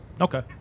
Okay